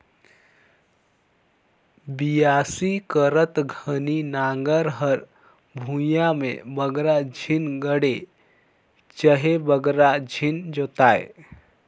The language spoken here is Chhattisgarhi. बियासी करत घनी नांगर हर भुईया मे बगरा झिन गड़े चहे बगरा झिन जोताए